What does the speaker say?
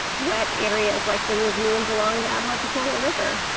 wet areas like the ravines along the apalachicola river.